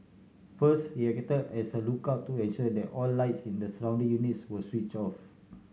first he act as a lookout to ensure that all lights in the surrounding units were switch off